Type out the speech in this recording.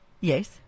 Yes